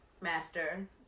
master